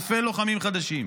אלפי לוחמים חדשים.